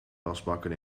wasbakken